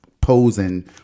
posing